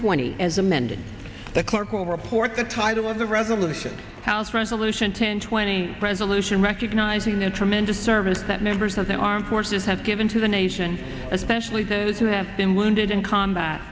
twenty as amended the clerk will report the title of the resolution house resolution ten twenty resolution recognizing the tremendous service that members of the armed forces have given to the nation especially those who have been wounded in combat